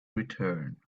return